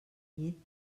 llit